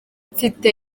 mfite